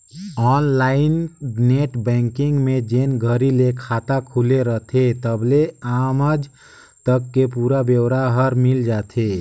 online net banking में जेन घरी ले खाता खुले रथे तबले आमज तक के पुरा ब्योरा हर मिल जाथे